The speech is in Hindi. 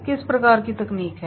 किस प्रकार की तकनीक है